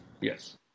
Yes